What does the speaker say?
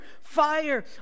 fire